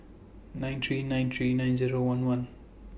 nine three nine three nine Zero one one